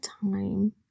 time